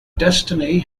destiny